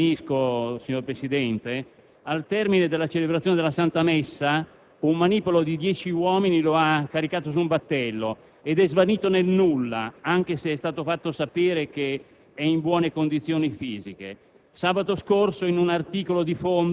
Il 10 giugno, al termine della celebrazione della Santa messa, un manipolo di dieci uomini lo ha caricato su un battello ed è svanito nel nulla, anche se è stato fatto sapere che è in buone condizioni fisiche.